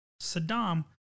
Saddam